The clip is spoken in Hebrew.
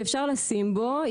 שאפשר לשים בו,